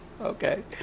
Okay